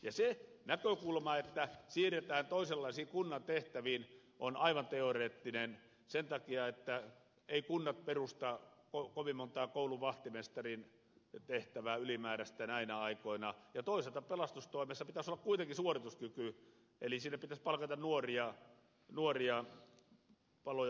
se näkökulma että siirretään toisenlaisiin kunnan tehtäviin on aivan teoreettinen sen takia että eivät kunnat perusta kovin monta kouluvahtimestarin ylimääräistä tehtävää näinä aikoina ja toisaalta pelastustoimessa pitäisi olla kuitenkin suorituskyky eli sinne pitäisi palkata nuoria palo ja pelastustehtäviin